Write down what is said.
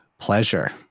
pleasure